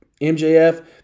MJF